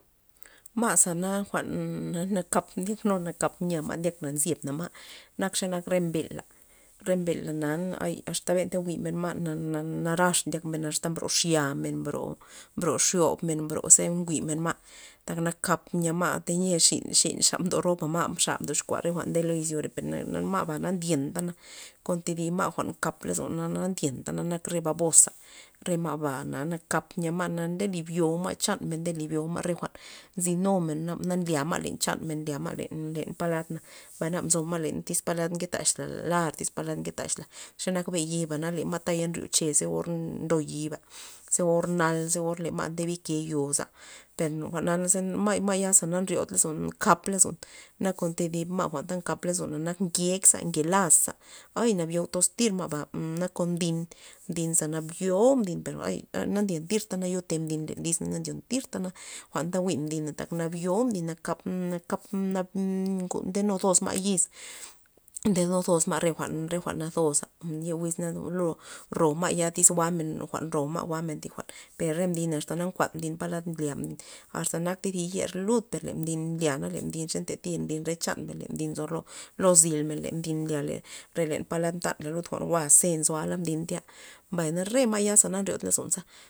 Ma' zana jwa'n na nakap ndyak nun ma' kap nya ma' ndyakna nzyebna ma' nak xe nak re mbela', re mbela' na ay asta benta jwi'men ma' na- na narax ndyak men asta mbro xyamen men mbro- mbro xobmen ze njwi'men ma', tak nakap nya ma' tayi'a xin- xin ya mdo roba ma' xa mdoxkua re jwa'n ndelo izyore per ma'ba na ndyentana, kon thidi ma' jwa'n na ndyentana lozon na ndyentana na- nak re baboza, re ma'ba na nakap nya ma' anta nde libyou ma' chanmen nde libyo'u ma're jwa'n ta nzy numen naba na nlya ma' len chanmen nlya ma' len- len palad na, mbay naba nzo ma' len tyz palad nke taxla lar tyz palad nke taxla ze nak be yiba'na le ma'taya nryo che ze or ndo yiba ze or nal ze or le ma' nde bike yo'baza, per jwa'naza re ma'ya na nryod lozon nkap lozon, na kon thi dib ma' ta nkap lozon nak ngej, ngelaz ¡ay! Nabyo'u toz tir ma'ba na kon mdin, mdin za nabyo'u per ay na ndyen tirtana yo mbin len lisna na ndyen tirtana jwa'nta jwi'n mdina tak nabyo'u mdin nakap- nakap na ngo ndenu zos ma' na ndenu zos ma' yiz ndenu re zos ma' re jwa'n jwa'n nazosa ye' wiz na ro ma'ya tys jwa'men jwa'n ro ma' jwa'men thi jwa'n, per re mdina asta nkuan mdin pa nlya mdin asta na akta thi yer lud per le mdin nlya le mdin per ze ntati mdin re chanmen le mdin nzo ro lo zylmen le mdin nlya len re len palad ntanmen lud re jwa'n jwa' ze nzoa'la mdin tya mbay na re ma'ya na nryod lozon.